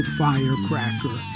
firecracker